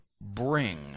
bring